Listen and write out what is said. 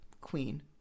Queen